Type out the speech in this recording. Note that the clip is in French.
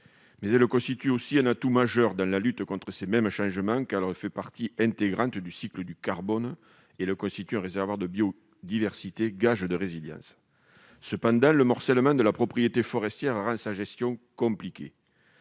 constitue pourtant également un atout majeur dans la lutte contre ces mêmes changements, car elle fait partie intégrante du cycle du carbone et constitue un réservoir de biodiversité, gage de résilience. Cependant, le morcellement de la propriété forestière rend sa gestion compliquée.